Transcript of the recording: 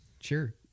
Sure